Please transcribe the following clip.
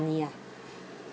money ah